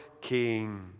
king